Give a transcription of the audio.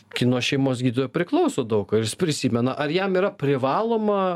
kai nuo šeimos gydytojo priklauso daug ar jis prisimena ar jam yra privaloma